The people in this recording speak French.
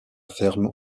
ferme